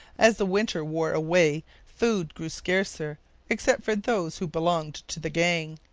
as the winter wore away food grew scarcer except for those who belonged to the gang.